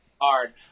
hard